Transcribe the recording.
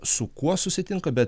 su kuo susitinka bet